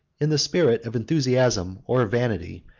in the spirit of enthusiasm or vanity,